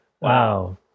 Wow